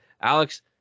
Alex